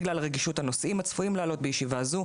בגלל רגישות הנושאים הצפויים להעלות בישיבה זו,